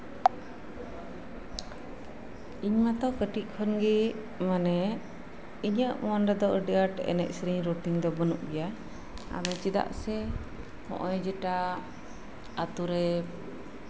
ᱤᱧ ᱢᱟᱛᱚ ᱠᱟᱹᱴᱤᱡ ᱠᱷᱚᱱᱜᱮ ᱢᱟᱱᱮ ᱤᱧᱟᱜ ᱢᱚᱱᱮ ᱫᱚ ᱟᱹᱰᱤ ᱟᱸᱴ ᱮᱱᱮᱡ ᱥᱮᱨᱮᱧ ᱨᱩᱴᱤᱱ ᱫᱚ ᱵᱟᱹᱱᱩᱜ ᱜᱮᱭᱟ ᱟᱫᱚ ᱪᱮᱫᱟᱜ ᱥᱮ ᱡᱮᱴᱟ ᱟᱹᱛᱩᱨᱮ